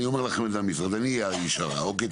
אני אהיה האיש הרע, אוקיי?